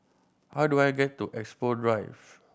how do I get to Expo Drive